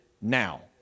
now